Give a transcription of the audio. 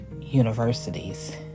universities